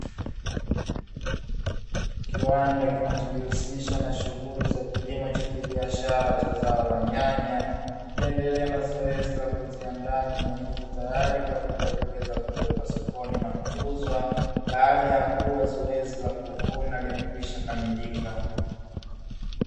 Kiwanda kinachojihusisha na shughuli za kilimo cha kibiashara cha zao la nyanya, kikiendelea na zoezi la kuziandaa nyanya hizo tayari kwa ajili ya kuweza kupelekwa sokoni na kuuzwa, baada ya kuwa zoezi la kuvuna limekwisha kamilika.